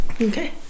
Okay